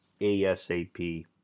ASAP